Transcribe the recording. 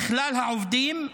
לכלל העובדים,